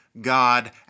God